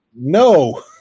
No